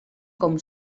com